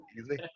Easy